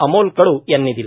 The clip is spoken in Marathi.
अमोल कडू यांनी दिला